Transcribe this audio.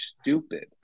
stupid